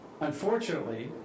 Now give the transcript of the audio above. Unfortunately